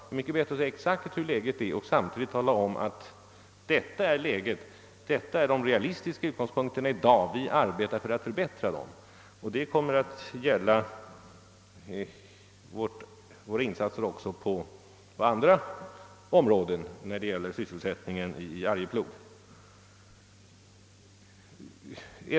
Det är mycket bättre att exakt omtala hur läget är och samtidigt säga: Detta är de realistiska utgångspunkterna för dagen, men vi arbetar på att förbättra dem! Detta kommer att gälla våra insatser också på andra områden när det gäller sysselsättningen i Arjeplog.